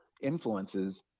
Influences